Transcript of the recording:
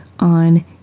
on